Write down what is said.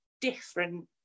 different